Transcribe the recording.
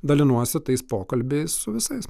dalinuosi tais pokalbiais su visais